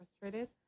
frustrated